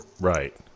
Right